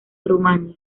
rumanía